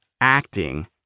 acting